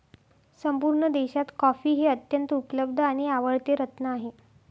संपूर्ण देशात कॉफी हे अत्यंत उपलब्ध आणि आवडते रत्न आहे